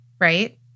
right